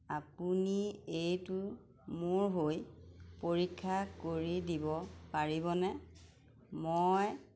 আপুনি এইটো মোৰ হৈ পৰীক্ষা কৰি দিব পাৰিবনে